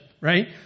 right